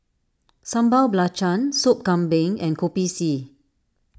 Sambal Belacan Sop Kambing and Kopi C